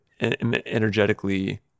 energetically